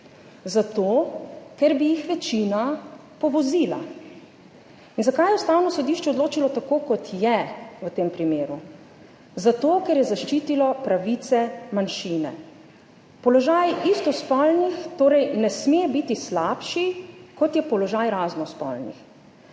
Zato, ker bi jih večina povozila in zakaj je Ustavno sodišče odločilo tako, kot je, v tem primeru? Zato, ker je zaščitilo pravice manjšine. Položaj istospolnih torej ne sme biti slabši kot je položaj raznospolnih